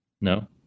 no